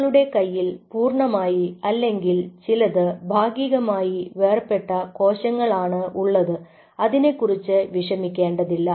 നിങ്ങളുടെ കയ്യിൽ പൂർണമായി അല്ലെങ്കിൽ ചിലത് ഭാഗികമായി വേർപെട്ട കോശങ്ങൾ ആണ് ഉള്ളത് അതിനെക്കുറിച്ച് വിഷമിക്കേണ്ടതില്ല